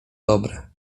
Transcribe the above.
dobre